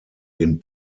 den